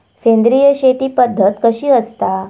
सेंद्रिय शेती पद्धत कशी असता?